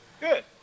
Good